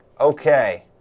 Okay